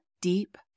deep